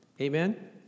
Amen